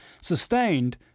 sustained